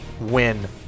win